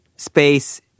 space